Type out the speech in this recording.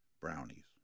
brownies